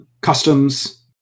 customs